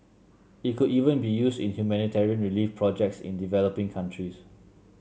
it could even be used in humanitarian relief projects in developing countries